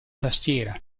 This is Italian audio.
tastiera